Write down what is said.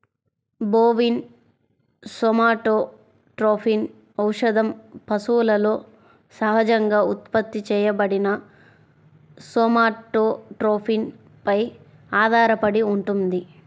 bovine somatotropin ఔషధం పశువులలో సహజంగా ఉత్పత్తి చేయబడిన సోమాటోట్రోపిన్ పై ఆధారపడి ఉంటుంది